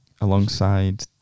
alongside